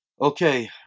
Okay